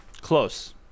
Close